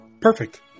perfect